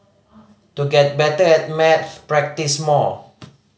to get better at maths practise more